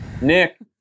Nick